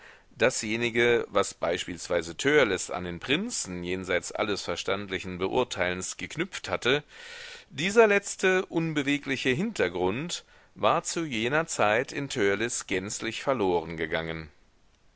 dasjenige was beispielsweise törleß an den prinzen jenseits alles verstandlichen beurteilens geknüpft hatte dieser letzte unbewegliche hintergrund war zu jener zeit in törleß gänzlich verloren